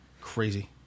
Crazy